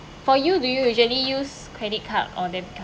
for you do you usually use credit card or debit card